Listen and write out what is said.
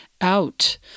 out